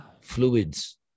fluids